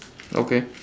okay